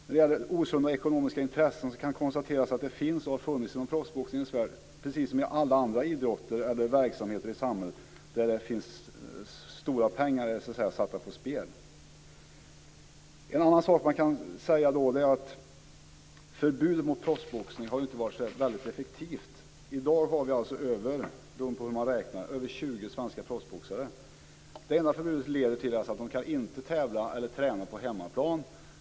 När det gäller osunda ekonomiska intressen kan konstateras att det finns och har funnits inom proffsboxningens värld, precis som inom alla andra idrotter eller verksamheter i samhället där stora pengar är satta på spel. En annan sak man kan säga är att förbudet mot proffsboxning inte har varit så väldigt effektivt. I dag har vi, beroende på hur man räknar, över 20 svenska proffsboxare. Det enda förbudet leder till är alltså att de inte kan tävla eller träna på hemmaplan.